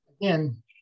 Again